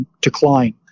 decline